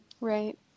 Right